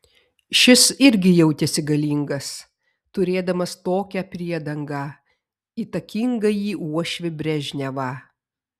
šis irgi jautėsi galingas turėdamas tokią priedangą įtakingąjį uošvį brežnevą